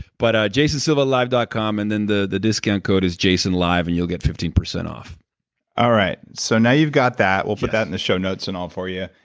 but jasonsilvalive dot com, and then the the discount code is jasonlive and you'll get fifteen percent off alright, so now you've got that. we'll put that in the show notes and all for you,